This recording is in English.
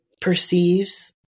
perceives